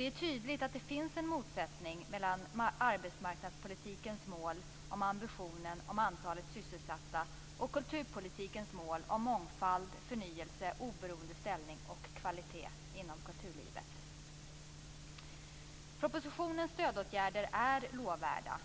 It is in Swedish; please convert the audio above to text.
Det är tydligt att det finns en motsättning mellan arbetsmarknadspolitikens mål om ambitionen om antalet sysselsatta och kulturpolitikens mål om mångfald, förnyelse, oberoende ställning och kvalitet inom kulturlivet. Propositionens stödåtgärder är lovvärda.